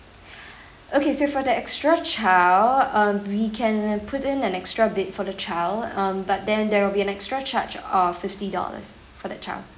okay so for the extra child um we can put in an extra bed for the child um but then there will be an extra charge of fifty dollars for the child